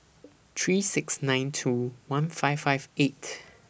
three six nine two one five five eight